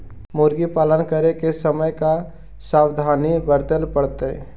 मुर्गी पालन करे के समय का सावधानी वर्तें पड़तई?